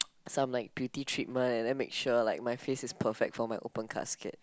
some like beauty treatment and then make sure like my face is perfect for my open casket